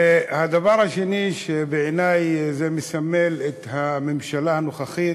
והדבר השני שבעיני מסמל את הממשלה הנוכחית: